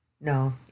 No